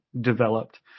developed